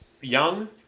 Young